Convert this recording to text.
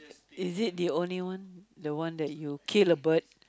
is it the only one the one that you kill a bird